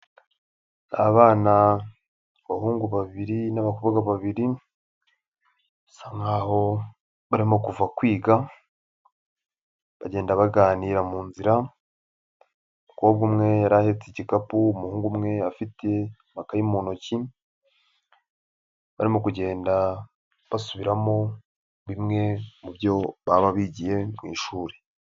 Abana b'abahungu babiri n'abakobwa babiri basa nkaho barimo kuva kwiga bagenda baganira mu inzira, umukobwa umwe yari ahetse igikapu umuhungu umwe afite makayi mu intoki, barimo kugenda basubiramo bimwe mu byo baba bigiye mu ishuri.